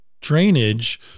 drainage